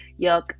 yuck